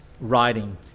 writing